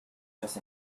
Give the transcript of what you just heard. just